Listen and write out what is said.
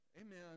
Amen